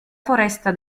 foresta